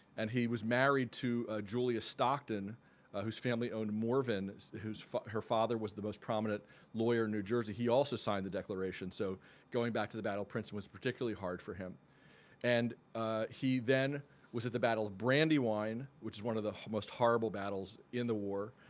and he was married to julia stockton whose family owned morven whose her father was the most prominent lawyer in new jersey. he also signed the declaration. so going back to the battle of princeton was particularly hard for him and he then was at the battle of brandywine which is one of the most horrible battles in the war.